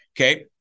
Okay